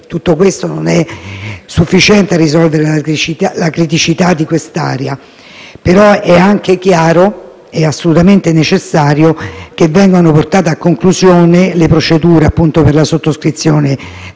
tutto questo non è sufficiente a risolvere le criticità di quest'area, però è anche chiaro che è assolutamente necessario che vengano portate a conclusione le procedure per la sottoscrizione